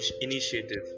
initiative